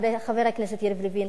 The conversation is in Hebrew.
חבר הכנסת יריב לוין,